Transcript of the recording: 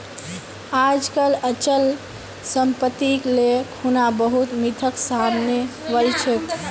आजकल अचल सम्पत्तिक ले खुना बहुत मिथक सामने वल छेक